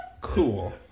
Cool